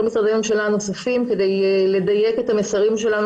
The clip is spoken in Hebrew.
משרדי הממשלה הנוספים כדי לדייק את המסרים שלנו,